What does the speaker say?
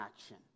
action